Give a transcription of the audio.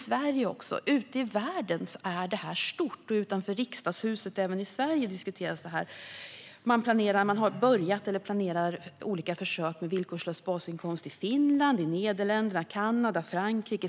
Ute i världen är det här stort, och även i Sverige, utanför riksdagshuset, diskuteras detta. Man har börjat med eller planerar olika försök med villkorslös basinkomst i Finland, Nederländerna, Kanada och Frankrike.